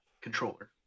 controller